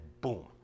boom